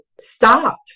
stopped